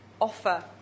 offer